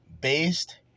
based